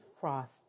frost